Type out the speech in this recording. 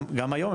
גם היום,